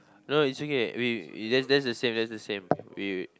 no is okay we that's the same that's the same wait wait